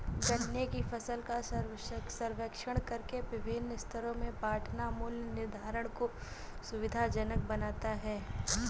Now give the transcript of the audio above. गन्ने की फसल का सर्वेक्षण करके विभिन्न स्तरों में बांटना मूल्य निर्धारण को सुविधाजनक बनाता है